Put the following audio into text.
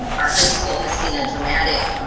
our high school has seen a dramatic.